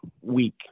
week